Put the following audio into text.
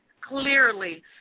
clearly